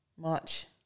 March